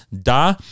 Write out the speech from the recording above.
Da